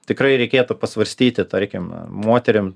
tikrai reikėtų pasvarstyti tarkim moterim